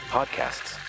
Podcasts